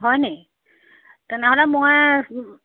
হয় নেকি তেনেহ'লে মই